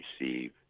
receive